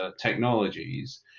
technologies